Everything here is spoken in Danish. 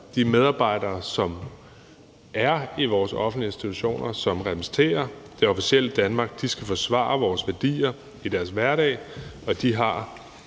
og medarbejdere, som er i vores offentlige institutioner, og som repræsenterer det officielle Danmark, skal forsvare vores værdier i deres hverdag, og de har